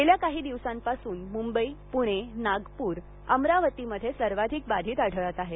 गेल्या काही दिवसांपासून मुंबई पुणे नागपूर अमरावतीमध्ये सर्वाधिक बाधित आढळत आहेत